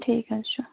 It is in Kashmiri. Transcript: ٹھیٖک حظ چھُ